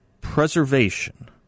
preservation